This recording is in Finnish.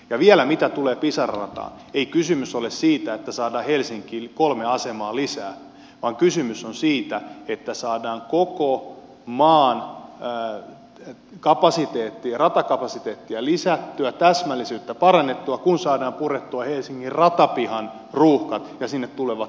vielä mitä tulee pisara rataan ei kysymys ole siitä että saadaan helsinkiin kolme asemaa lisää vaan kysymys on siitä että saadaan koko maan ratakapasiteettia lisättyä täsmällisyyttä parannettua kun saadaan purettua helsingin ratapihan ruuhkat ja sinne tulevat vain kaukojunat